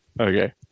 Okay